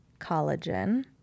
collagen